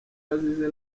yazize